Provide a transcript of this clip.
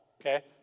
okay